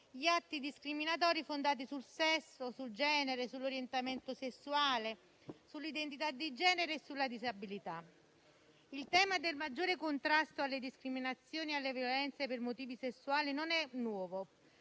gli atti discriminatori fondati sul sesso, sul genere, sull'orientamento sessuale, sull'identità di genere e sulla disabilità. Il tema del maggiore contrasto alle discriminazioni e alle violenze per motivi sessuali non è nuovo.